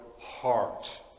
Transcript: heart